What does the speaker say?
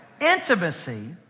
Intimacy